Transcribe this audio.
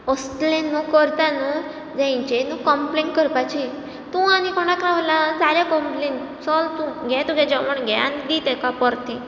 असलें न्हू करता न्हू जाल्या हेंचेय न्हू कंम्प्लेन करपाची तूं आनीक कोणाक रावला जालें कंम्प्लेन चल तूं घे तुगे जेवण घे आनी दी ताका परतें